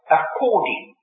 according